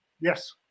Yes